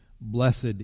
Blessed